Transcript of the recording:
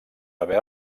haver